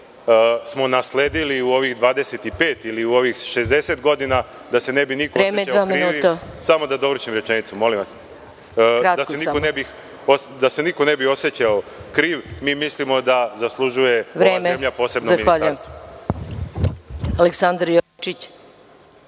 smo nasledili u ovih 25 ili u ovih 60 godina, da se ne bi niko…(Predsednik: Vreme, dva minuta.)Samo da dovršim rečenicu, molim vas. Da se niko ne bi osećao kriv, mi mislimo da zaslužuje ova zemlja posebno ministarstvo.